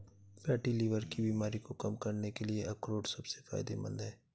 fatty liver की बीमारी को कम करने के लिए अखरोट सबसे फायदेमंद है